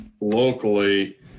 locally